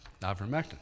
ivermectin